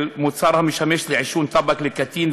של מוצר המשמש לעישון טבק לקטין,